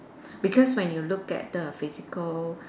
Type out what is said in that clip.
because when you look at the physical